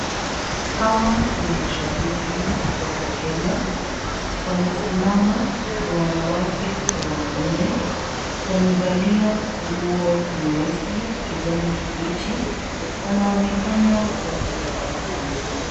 Hawa ni mashabiki kutoka Kenya. Wamesimama ni wanawake kwa wanaume. Wamevalia nguo nyeusi, kijani kibichi. Wanaonekana wakitabasamu.